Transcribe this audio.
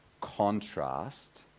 contrast